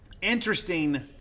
interesting